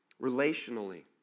Relationally